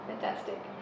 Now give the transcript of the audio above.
Fantastic